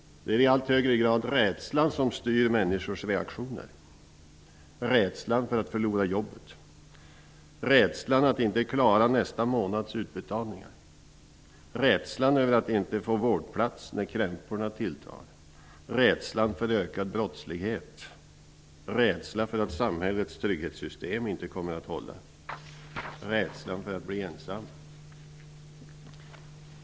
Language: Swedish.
Det är i allt högre grad rädslan som styr människors reaktioner. Det är rädslan för att förlora jobbet, rädslan för att inte klara nästa månads utbetalningar, rädslan för att inte få vårdplats när krämporna tilltar, rädslan för ökad brottslighet, rädslan för att samhällets trygghetssystem inte kommer att hålla, rädslan för att bli ensam.